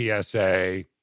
PSA